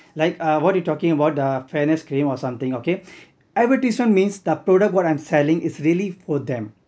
like what are you talking about the fairness claim or something okay advertisement means the product what I'm selling is really for them